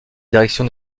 direction